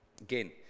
again